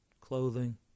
clothing